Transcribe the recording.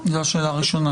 זאת השאלה הראשונה,